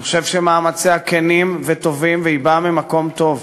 אני חושב שמאמציה כנים וטובים והיא באה ממקום טוב.